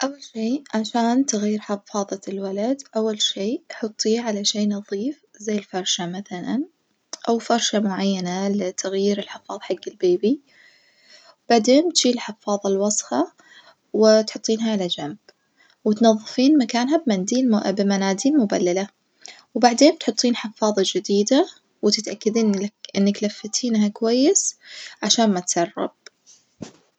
أول شي عشان تغير حفاظة الولد أول شي حطيه على شي نظيف زي الفرشة مثلًا أو فرشة معينة لتغيير الحفاظ حج البيبي، بعدين بتشيلي الحفاظة الوسخة وتحطيها على جنب وتنظفين مكانها بمنديل بمناديل مبللة، وبعدين بتحطين حفاظة جديدة وتتاكدين إنك لفتينها كويس عشان ما تسرب.